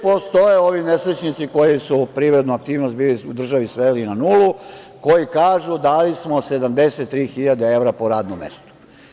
Postoje ovi nesrećnici koji su privrednu aktivnost u državi sveli na nulu, koji kažu - dali smo 73 hiljade evra po radnom mestu.